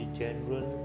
general